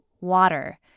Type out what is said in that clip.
WATER